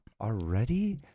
Already